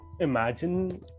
imagine